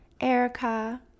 Erica